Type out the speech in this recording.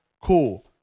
Cool